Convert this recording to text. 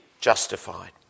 justified